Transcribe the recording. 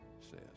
says